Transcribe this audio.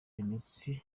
imitsi